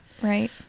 right